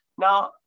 Now